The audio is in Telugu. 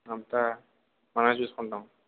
అంతా మనమే చూసుకుంటాం